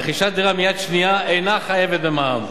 רכישת דירה מיד שנייה אינה חייבת במע"מ.